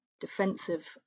defensive